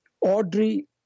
Audrey